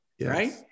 right